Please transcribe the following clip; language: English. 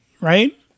Right